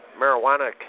marijuana